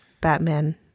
Batman